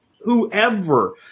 whoever